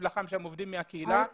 יש לכם אנשים מהקהילה שעובדים?